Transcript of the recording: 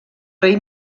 rei